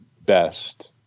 best